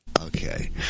Okay